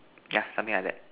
yeah something like that